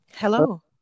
Hello